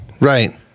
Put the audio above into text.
Right